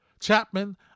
Chapman